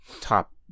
top